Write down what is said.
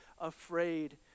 afraid